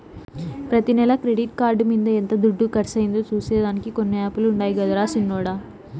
ప్రతి నెల credit card మింద ఎంత దుడ్డు కర్సయిందో సూసే దానికి కొన్ని యాపులుండాయి గదరా సిన్నోడ